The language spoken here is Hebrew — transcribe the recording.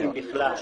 אם בכלל.